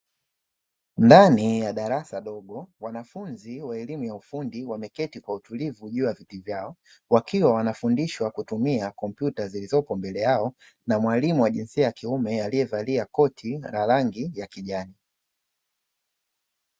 Ndani ya darasa dogo wanafunzi wa elimu ya ufundi wameketi kwa utulivu juu ya viti vyao, wakiwa wanafundishwa kutumia kompyuta zilizopo mbele yao na mwalimu wa jinsia ya kiume aliye valia koti la rangi ya kijani.